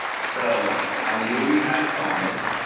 so i knew we had promise.